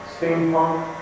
steampunk